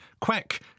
Quick